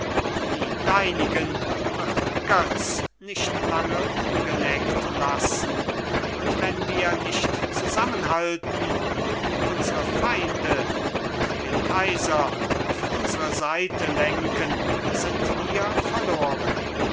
die deinigen wird götz nicht lange ungeneckt lassen und wenn wir nicht zusammenhalten wie unsere feinde und den kaiser auf unsere seite lenken sind wir verloren